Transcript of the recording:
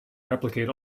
replicate